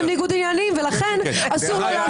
יוריטי לא קבוע בחוק כשהייתה להם גם היכולת